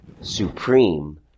supreme